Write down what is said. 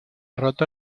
roto